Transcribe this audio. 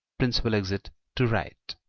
principal exit to right.